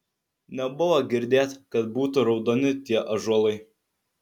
nebuvo girdėt kad būtų raudoni tie ąžuolai